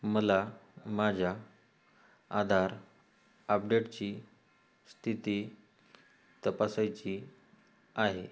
मला माझ्या आधार अपडेटची स्थिती तपासायची आहे